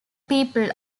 people